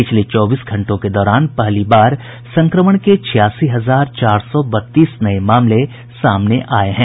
पिछले चौबीस घंटों के दौरान पहली बार संक्रमण के छियासी हजार चार सौ बत्तीस नये मामले सामने आये हैं